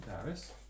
Paris